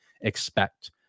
expect